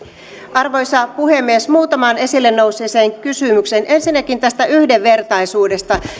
arvoisa puhemies muutamaan esille nousseeseen kysymykseen ensinnäkin tästä yhdenvertaisuudesta